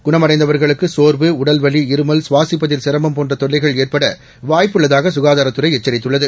குணம்அடைந்தவர்களுக்குசோர்வு உடல்வலி இருமல் சுவாசிப்பதில்சிரமம்போன்றதொல்லைகள்ஏற்படவாய்ப்பு ள்ளதாகசுகாதாரத்துறைஎச்சரித்துள்ளது